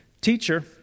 Teacher